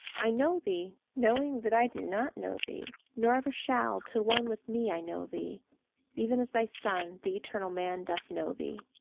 i know thee, knowing that i do not know thee, nor ever shall till one with me i know thee even as thy son, the eternal man, doth know thee.